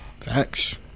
Facts